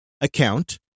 account